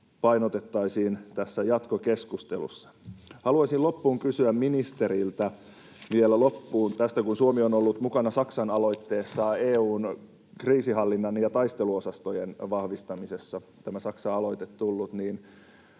painotettaisiin tässä jatkokeskustelussa. Haluaisin vielä loppuun kysyä ministeriltä tästä, kun Suomi on ollut mukana Saksan aloitteesta EU:n kriisinhallinnan ja taisteluosastojen vahvistamisessa — tämä Saksalta tullut